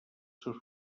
seus